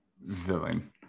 villain